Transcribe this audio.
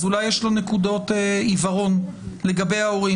אולי יש לו נקודות עיוורון לגבי ההורים.